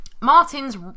Martin's